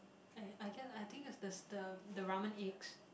I I get I think it's stir the ramen eggs